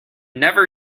never